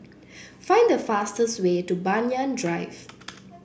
find the fastest way to Banyan Drive